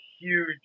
huge